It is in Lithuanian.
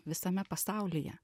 visame pasaulyje